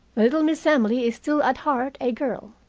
little miss emily is still at heart a girl.